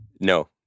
No